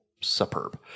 superb